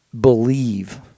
believe